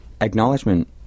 acknowledgement